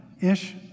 Ish